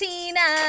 Tina